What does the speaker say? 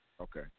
Okay